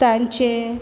तांचें